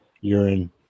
urine